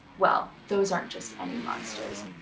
well, those aren't just any monsters,